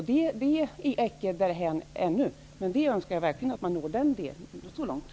Det är ännu inte genomfört, men jag önskar verkligen att man skall kunna nå så långt i det avseendet.